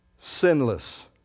Sinless